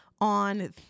on